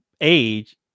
age